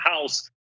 House